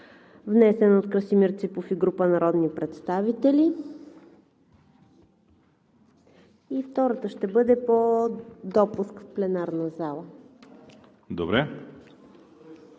внесен от Красимир Ципов и група народни представители. И втората ще бъде по допуск в пленарната зала.